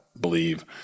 believe